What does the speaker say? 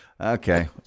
Okay